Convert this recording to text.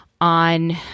on